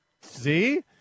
See